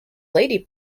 lady